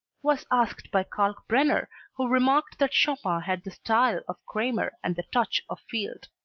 was asked by kalkbrenner, who remarked that chopin had the style of cramer and the touch of field.